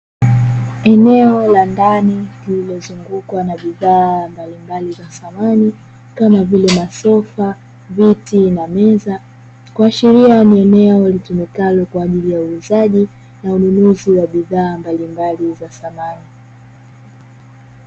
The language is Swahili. Eneo la ndani lililozungukwa na bidhaa mbalimbali za samani kama vile: masofa, viti na meza, kuashiria ni eneo litumikalo kwa ajili ya uuzaji, na ununuzi wa bidhaa mbalimbali za samani.